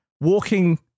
walking